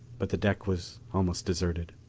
but the deck was almost deserted.